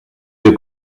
wir